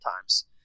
times